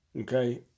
Okay